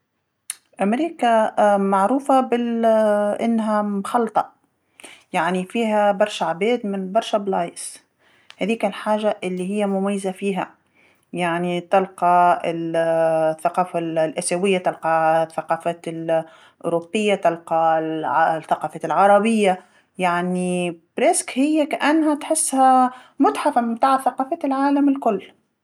أمريكا معروفة بال أنها مخلطه، يعني فيها برشا عباد من برشا بلايص، هاذيكا الحاجة اللي هي مميزة فيها، يعني تلقى ال- الثقافه ال- الآسيويه، تلقى الثقافات الاوروبيه، تلقى الع- الثقافات العربيه، يعني تقريبا هي كأنها تحسها متحف من تاع ثقافات العالم الكل.